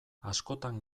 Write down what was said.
askotan